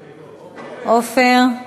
מוותר.